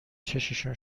چششون